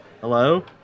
Hello